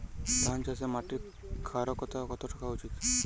ধান চাষে মাটির ক্ষারকতা কত থাকা উচিৎ?